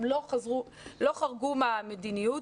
הם לא חרגו מהמדיניות,